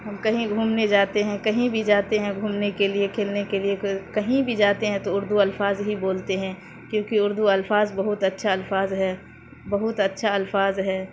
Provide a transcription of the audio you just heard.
ہم کہیں گھومنے جاتے ہیں کہیں بھی جاتے ہیں گھومنے کے لیے کھیلنے کے لیے کہیں بھی جاتے ہیں تو اردو الفاظ ہی بولتے ہیں کیونکہ اردو الفاظ بہت اچھا الفاظ ہے بہت اچھا الفاظ ہے